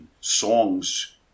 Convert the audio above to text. songs